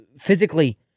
physically